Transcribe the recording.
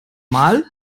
mal